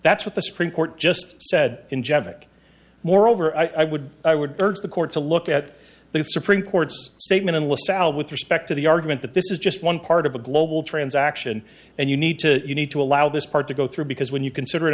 that's what the supreme court just said in jest moreover i would i would urge the court to look at the supreme court's statement in lasalle with respect to the argument that this is just one part of a global transaction and you need to you need to allow this part to go through because when you consider it